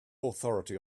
authority